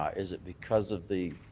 ah is it because of the